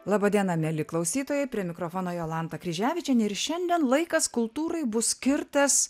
laba diena mieli klausytojai prie mikrofono jolanta kryževičienė ir šiandien laikas kultūrai bus skirtas